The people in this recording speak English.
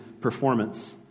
performance